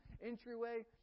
entryway